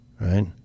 Right